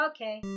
Okay